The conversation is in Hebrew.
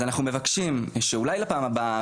אז אנחנו מבקשים שאולי לפעם הבאה,